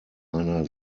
einer